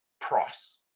price